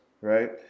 right